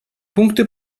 пункты